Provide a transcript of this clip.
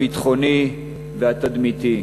הביטחוני והתדמיתי.